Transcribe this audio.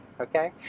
Okay